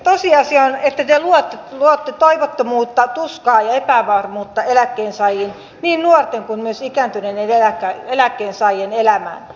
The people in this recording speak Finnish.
tosiasia on että te luotte toivottomuutta tuskaa ja epävarmuutta eläkkeensaajille niin nuorten kuin myös ikääntyneiden eläkkeensaajien elämään